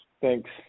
Thanks